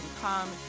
come